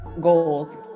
goals